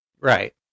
right